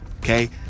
Okay